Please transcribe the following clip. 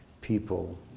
people